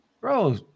bro